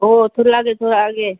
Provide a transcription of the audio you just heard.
ꯑꯣ ꯊꯣꯛꯂꯛꯑꯒꯦ ꯊꯣꯛꯂꯛꯑꯒꯦ